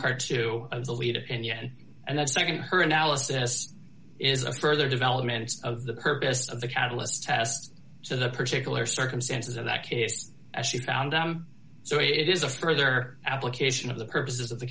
part two of the lead opinion and that starting her analysis is a further development of the purpose of the catalyst test so the particular circumstances of that case as she found so it is a further application of the purposes of the